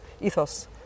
ethos